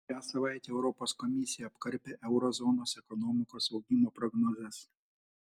šią savaitę europos komisija apkarpė euro zonos ekonomikos augimo prognozes